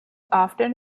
often